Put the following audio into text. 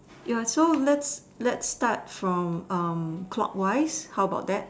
you're so let's let's start from um clockwise how about that